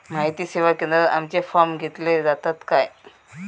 माहिती सेवा केंद्रात आमचे फॉर्म घेतले जातात काय?